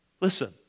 Listen